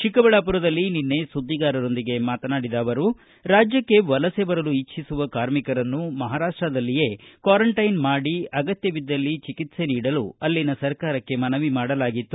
ಚಿಕ್ಕಬಳ್ಳಾಪುರದಲ್ಲಿ ನಿನ್ನೆ ಸುದ್ದಿಗಾರರೊಂದಿಗೆ ಮಾತನಾಡಿದ ಅವರು ರಾಜ್ಯಕ್ಷೆ ವಲಸೆ ಬರಲು ಇಚ್ದಿಸುವ ಕಾರ್ಮಿಕರನ್ನು ಮಹಾರಾಪ್ಪದಲ್ಲಿಯೇ ಕ್ವಾರಂಟೈನ್ ಮಾಡಿ ಅಗತ್ಯವಿದ್ದಲ್ಲಿ ಚಿಕಿತ್ತೆ ನೀಡಲು ಅಲ್ಲಿನ ಸರ್ಕಾರಕ್ಕೆ ಮನವಿ ಮಾಡಲಾಗಿತ್ತು